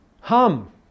Hum